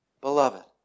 beloved